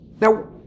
Now